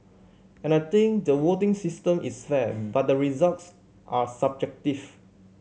and I think the voting system is fair but the results are subjective